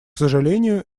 сожалению